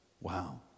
Wow